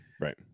right